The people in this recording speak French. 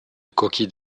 coquille